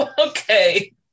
Okay